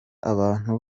abantu